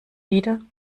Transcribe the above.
wieder